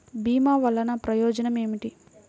భీమ వల్లన ప్రయోజనం ఏమిటి?